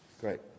great